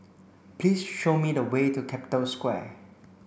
please show me the way to Capital Square